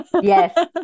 Yes